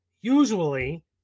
usually